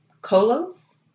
Colos